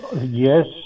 yes